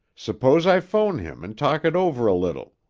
suppose i phone him and talk it over a little.